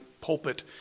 pulpit